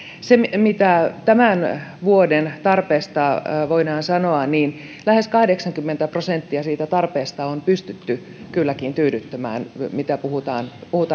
se mitä tämän vuoden tarpeesta voidaan sanoa on että lähes kahdeksankymmentä prosenttia siitä tarpeesta on kylläkin pystytty tyydyttämään kun puhutaan